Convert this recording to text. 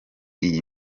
iyi